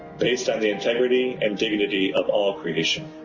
based on the integrity and dignity of all creation,